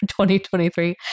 2023